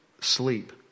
sleep